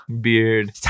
beard